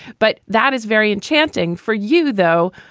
but that is very enchanting for you, though,